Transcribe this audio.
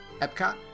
Epcot